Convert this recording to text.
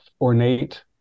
ornate